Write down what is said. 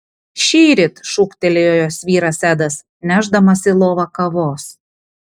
šįryt šūktelėjo jos vyras edas nešdamas į lovą kavos